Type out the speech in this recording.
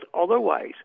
otherwise